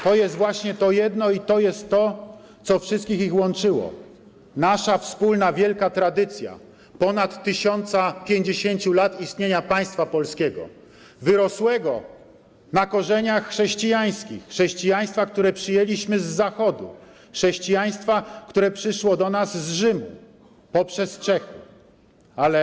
To jest właśnie to jedno i to jest to, co wszystkich ich łączyło: nasza wspólna wielka tradycja, ponad 1050 lat istnienia państwa polskiego, wyrosłego na korzeniach chrześcijańskich, chrześcijaństwa, które przyjęliśmy z Zachodu, chrześcijaństwa, które przyszło do nas z Rzymu poprzez Czechy.